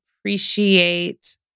appreciate